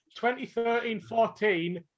2013-14